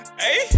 hey